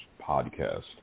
podcast